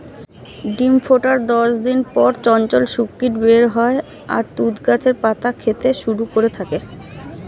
ডিম ফোটার দশ দিন পর চঞ্চল শূককীট বের হয় আর তুঁত গাছের পাতা খেতে শুরু করে থাকে